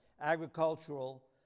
agricultural